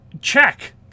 check